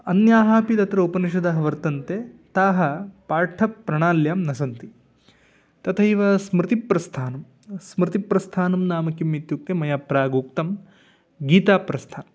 अन्याः अपि तत्र उपनिषदः वर्तन्ते ताः पाठप्रणाल्यां न सन्ति तथैव स्मृतिप्रस्थानं स्मृतिप्रस्थानं नाम किम् इत्युक्ते मया प्रागुक्तं गीताप्रस्थानम्